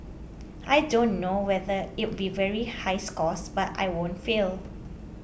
I don't know whether it'll be very high scores but I won't fail